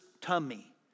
tummy